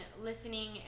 listening